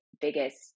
biggest